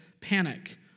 panic